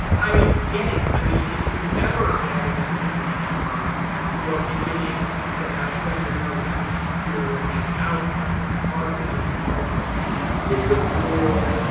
i get it. i mean, if you've ever had any family members who are beginning to have central nervous system deterioration alzheimer's, parkinson's in my family it's a brutal,